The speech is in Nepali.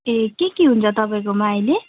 ए के के हुन्छ तपाईँकोमा अहिले